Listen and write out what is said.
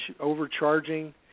overcharging